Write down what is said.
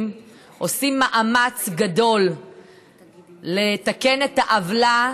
אנחנו עושים מאמץ גדול לתקן את העוולה